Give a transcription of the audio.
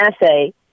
essay